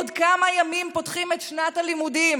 עוד כמה ימים פותחים את שנת הלימודים,